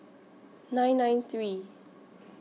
nine nine three